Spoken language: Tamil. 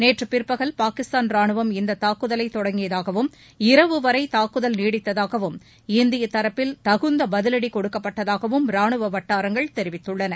நேற்று பிற்பகல் பாகிஸ்தான் ரானுவம் இந்த தாக்குதலை தொடங்கியதாகவும் இரவு வரை தாக்குதல் நீடித்ததாகவும் இந்திய தரப்பில் தகுந்த பதிலடி கொடுக்கப்பட்டதாகவும் ரானுவ வட்டாரங்கள் தெரிவிதுள்ளன